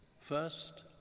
First